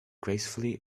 gracefully